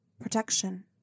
protection